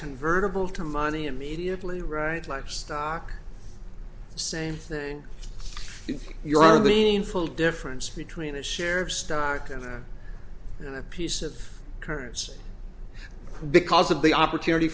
convertible to money immediately right like stock same thing if you're on meaningful difference between a share of stock and then a piece of currency because of the opportunity